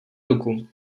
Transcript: ruku